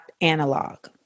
analog